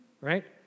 right